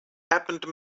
happened